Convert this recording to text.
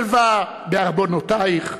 שלוה בארמנותיך.